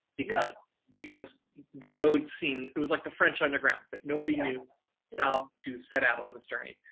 because because the road seemed, it was like the french underground, that nobody knew yeah to set out on this journey.